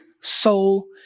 soul